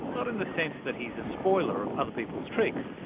not in the sense that he's a spoiler of other people's tricks,